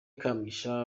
kamugisha